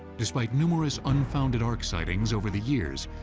despite numerous unfounded ark sightings over the years,